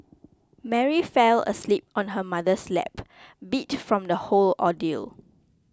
Mary fell asleep on her mother's lap beat from the whole ordeal